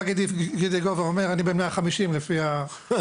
בא גידי גוב ואומר "..אני בן 150 לפי הסטטיסטיקה..",